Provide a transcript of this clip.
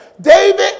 David